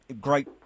great